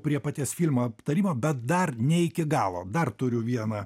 prie paties filmo aptarimo bet dar ne iki galo dar turiu vieną